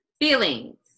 feelings